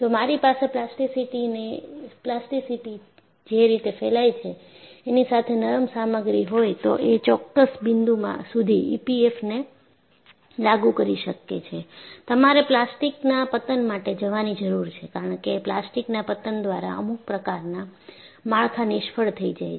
જો મારી પાસે પ્લાસ્ટિસિટીજે રીતે ફેલાય છે એની સાથે નરમ સામગ્રી હોય તો એ ચોક્કસ બિંદુ સુધી ઈપીએફએમ ને લાગુ કરી શકો છો તમારે પ્લાસ્ટિકના પતન માટે જવાની જરૂર છે કારણ કે પ્લાસ્ટિકના પતન દ્વારા અમુક પ્રકારના માળખા નિષ્ફળ થઈ જાય છે